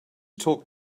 talk